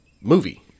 movie